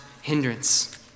hindrance